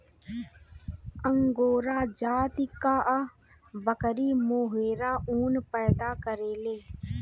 angora जाति कअ बकरी मोहेर ऊन पैदा करेले